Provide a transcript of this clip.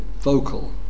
vocal